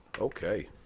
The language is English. Okay